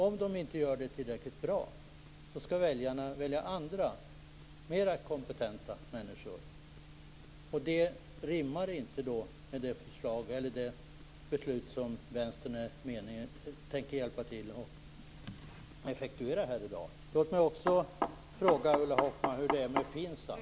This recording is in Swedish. Om de inte gör det tillräckligt bra skall väljarna välja andra mer kompetenta människor. Det rimmar inte med det beslut Vänstern tänker hjälpa till att effektuera i dag.